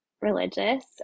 religious